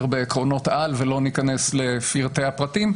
בעקרונות על ולא ניכנס לפרטי הפרטים.